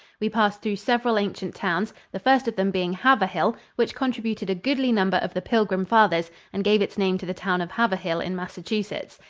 we passed through several ancient towns, the first of them being haverhill, which contributed a goodly number of the pilgrim fathers and gave its name to the town of haverhill in massachusetts.